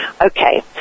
okay